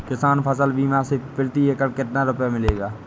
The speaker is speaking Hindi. किसान फसल बीमा से प्रति एकड़ कितना रुपया मिलेगा?